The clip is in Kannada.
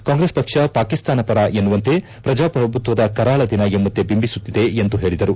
ಕಾಂಗ್ರೆಸ್ ಪಕ್ಷ ಪಾಕಿಸ್ತಾನ ಪರ ಎನ್ನುವಂತೆ ಪ್ರಜಾಪ್ರಭುತ್ವದ ಕರಾಳ ದಿನ ಎಂಬಂತೆ ಬಿಂಬಿಸುತ್ತಿದೆ ಎಂದು ಹೇಳಿದರು